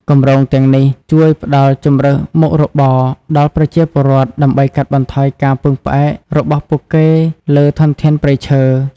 គម្រោងទាំងនេះជួយផ្តល់ជម្រើសមុខរបរដល់ប្រជាពលរដ្ឋ ដើម្បីកាត់បន្ថយការពឹងផ្អែករបស់ពួកគេលើធនធានព្រៃឈើ។